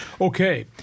okay